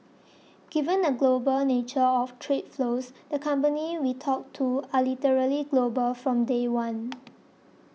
given the global nature of trade flows the companies we talk to are literally global from day one